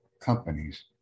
companies